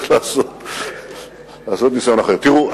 תראו,